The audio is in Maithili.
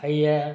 हइये